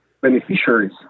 beneficiaries